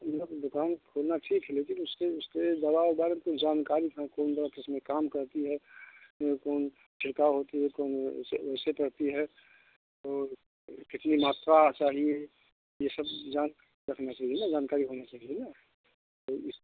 दुकान खोलना ठीक है लेकिन उसके उसके दवा के बारे मे कुछ जानकारी रखना कौन दवा किस मे काम करती है कौन छिड़काव होती है कौन वैसे पड़ती है और कितनी मात्रा चाहिए ये सब जान कर रखना चाहिए ना जानकारी होना चाहिए न तो इस